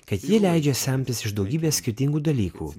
kad ji leidžia semtis iš daugybės skirtingų dalykų